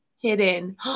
hidden